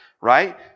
right